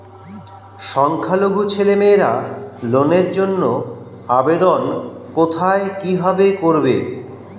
সংখ্যালঘু ছেলেমেয়েরা লোনের জন্য আবেদন কোথায় কিভাবে করবে?